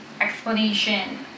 explanation